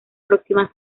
próxima